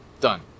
Done